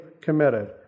committed